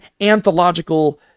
anthological